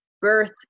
birth